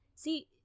See